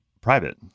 private